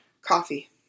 Coffee